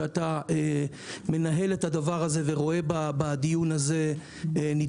שאתה מנהל את הדבר הזה ורואה בדיון הזה נדבך